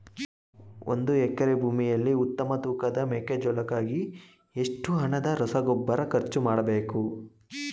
ಒಂದು ಎಕರೆ ಭೂಮಿಯಲ್ಲಿ ಉತ್ತಮ ತೂಕದ ಮೆಕ್ಕೆಜೋಳಕ್ಕಾಗಿ ಎಷ್ಟು ಹಣದ ರಸಗೊಬ್ಬರ ಖರ್ಚು ಮಾಡಬೇಕು?